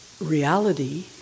reality